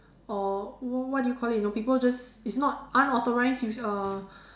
or what what do you call it you know people just it's not unauthorised is uh